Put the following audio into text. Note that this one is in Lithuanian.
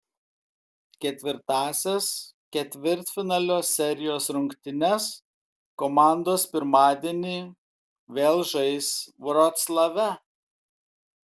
ketvirtąsias ketvirtfinalio serijos rungtynes komandos pirmadienį vėl žais vroclave